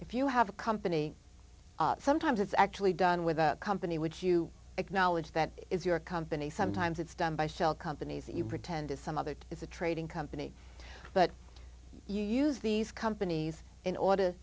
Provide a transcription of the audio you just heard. if you have a company sometimes it's actually done with a company would you acknowledge that it's your company sometimes it's done by shell companies and you pretend it's some other it's a trading company but you use these companies in order